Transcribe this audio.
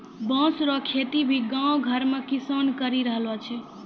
बाँस रो खेती भी गाँव घर मे किसान करि रहलो छै